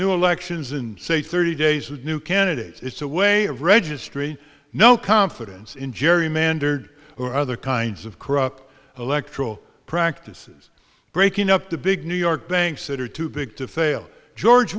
new elections in say thirty days of new candidates it's a way of registry no confidence in gerrymandered or other kinds of corrupt electoral practices breaking up the big new york banks that are too big to fail george